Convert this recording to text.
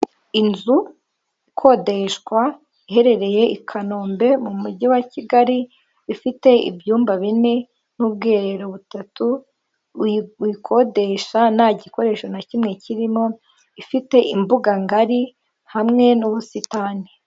Inzu ikodeshwa iherereye i kanombe mu mujyi wa Kigali, ifite ibyumba bine n'ubwiherero butatu uyikodesha nta gikoresho na kimwe kirimo, ifite imbuga ngari hamwe n'ubusitani.